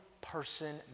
person